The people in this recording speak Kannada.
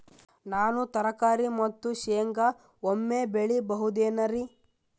ನಾನು ತರಕಾರಿ ಮತ್ತು ಶೇಂಗಾ ಒಮ್ಮೆ ಬೆಳಿ ಬಹುದೆನರಿ?